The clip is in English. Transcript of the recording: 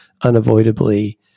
unavoidably